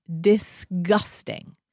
disgusting